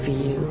the